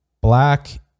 black